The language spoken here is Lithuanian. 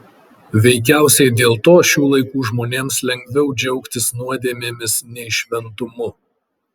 veikiausiai dėl to šių laikų žmonėms lengviau džiaugtis nuodėmėmis nei šventumu